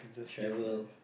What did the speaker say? travel